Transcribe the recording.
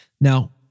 Now